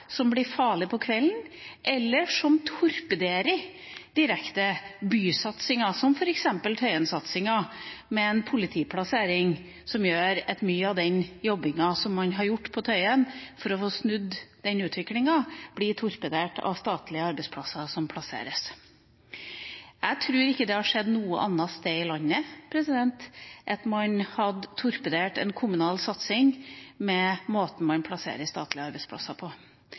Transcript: som blir farlige på kvelden, eller som direkte torpederer bysatsinga, som f.eks. Tøyen-satsinga, med en politiplassering som gjør at mye av den jobbinga som man har gjort på Tøyen for å få snudd den utviklinga, blir torpedert av statlige arbeidsplasser som plasseres der. Jeg tror ikke det hadde skjedd noe annet sted i landet, at man hadde torpedert en kommunal satsing med måten man plasserer statlige arbeidsplasser på.